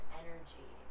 energy